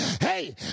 hey